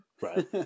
Right